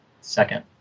second